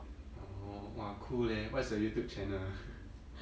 orh !wah! cool leh what's your youtube channel ah